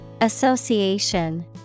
Association